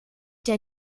der